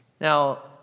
Now